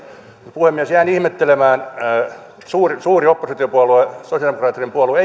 puhemies jäin ihmettelemään kun suuri oppositiopuolue sosiaalidemokraattinen puolue